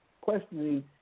questioning